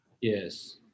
Yes